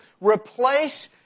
replace